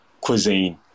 cuisine